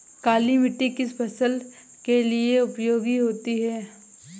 काली मिट्टी किस फसल के लिए उपयोगी होती है?